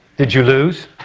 did you lose?